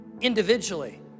individually